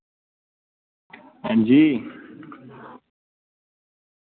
अंजी